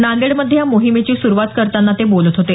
नांदेडमध्ये या मोहिमेची सुरुवात करताना ते बोलत होते